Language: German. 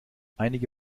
einige